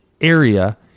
area